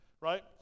right